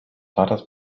vaters